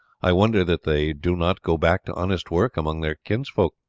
i wonder that they do not go back to honest work among their kinsfolk.